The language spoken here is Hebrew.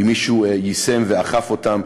אם מישהו יישם ואכף אותן.